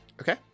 Okay